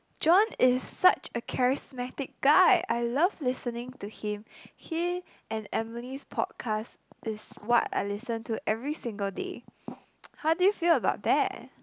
John is such a charismatic guy I love listening to him he and Emily's podcast is what I listen to every single day how do you feel about that